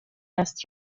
است